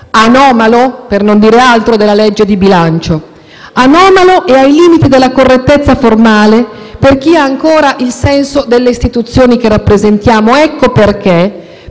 anomalo (per non dire altro) della legge di bilancio; anomalo e ai limiti della correttezza formale, per chi ha ancora il senso delle istituzioni che rappresentiamo. Pertanto,